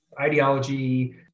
ideology